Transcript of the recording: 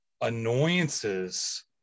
annoyances